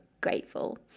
grateful